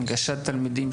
הנגשת תלמידים,